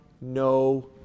no